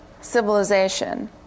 civilization